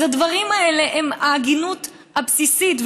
אז הדברים האלה הם ההגינות הבסיסית.